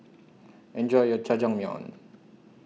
Enjoy your Jajangmyeon